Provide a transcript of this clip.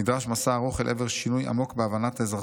נדרש מסע ארוך אל עבר שינוי עמוק בהבנת האזרחות.